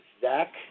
Zach